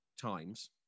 times